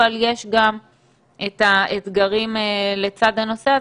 אבל יש גם את האתגרים לצד הנושא הזה,